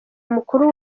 mukuru